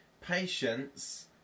patience